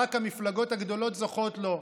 רק המפלגות הגדולות זוכות לו,